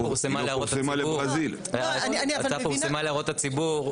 ההצעה פורסמה להערות הציבור.